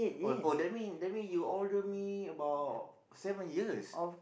oh oh that mean that mean you older me about seven years